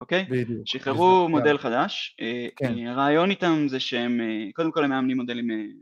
אוקיי, בדיוק, שחררו מודל חדש, הרעיון איתם זה שהם קודם כל הם מאמנים מודלים